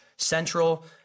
Central